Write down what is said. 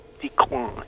decline